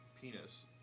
penis